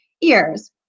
ears